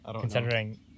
Considering